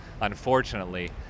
unfortunately